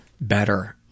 better